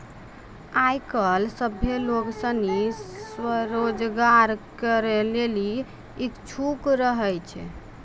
आय काइल सभ्भे लोग सनी स्वरोजगार करै लेली इच्छुक रहै छै